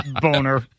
Boner